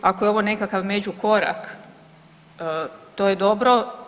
Ako je ovo nekakav međukorak to je dobro.